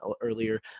earlier